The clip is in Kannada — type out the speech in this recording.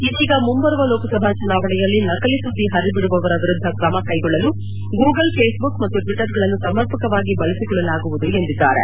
ಇದೀಗ ಮುಂಬರುವ ಲೋಕಸಭಾ ಚುನಾವಣೆಯಲ್ಲಿ ನಕಲಿ ಸುದ್ದಿ ಪರಿಬಿಡುವವರ ವಿರುದ್ದ ಕ್ರಮ ಕೈಗೊಳ್ಳಲು ಗೂಗಲ್ ಫೇಸ್ ಬುಕ್ ಮತ್ತು ಟ್ವಿಟರ್ ಗಳನ್ನು ಸಮರ್ಪಕವಾಗಿ ಬಳಸಿಕೊಳ್ಳಲಾಗುವುದು ಎಂದಿದ್ದಾರೆ